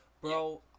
Bro